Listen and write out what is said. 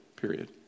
period